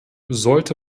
sollte